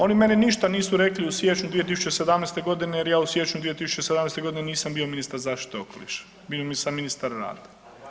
Oni meni ništa nisu rekli u siječnju 2017. godine jer ja u siječnju 2017. godine nisam bio ministar zaštite okoliša, bio sam ministar rada.